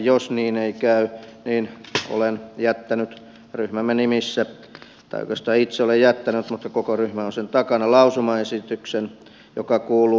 jos niin ei käy olen jättänyt ryhmämme nimissä tai oikeastaan itse olen jättänyt mutta koko ryhmä on sen takana lausumaesityksen joka kuuluu